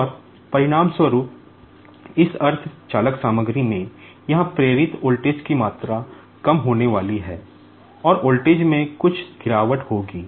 और परिणामस्वरूप इस अर्ध चालक सामग्री में यहां प्रेरित वोल्टेज की मात्रा कम होने वाली है और वोल्टेज में कुछ गिरावट होगी